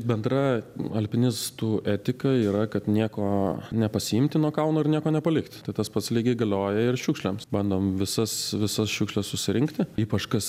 bendra alpinistų etika yra kad nieko nepasiimti nuo kalno ir nieko nepalikt tai tas pats lygiai galioja ir šiukšlėms bandom visas visas šiukšles susirinkti ypač kas